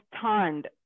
turned